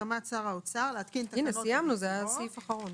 בהסכמת שר האוצר להתקין תקנות לביצועו.